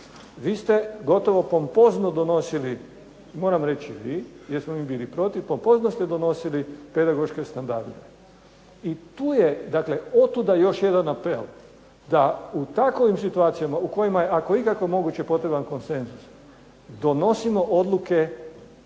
Vi ste gotovo pompozno donosili, moram reći vi jer smo mi bili protiv, pompozno ste donosili pedagoške standarde, otuda još jedan apel da u takovim situacijama u kojima je ako je ikako moguće potreban konsenzus, donosimo odluke